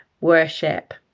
worship